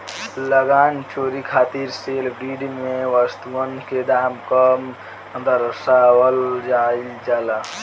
लगान चोरी खातिर सेल डीड में वस्तुअन के दाम कम दरसावल जाइल जाला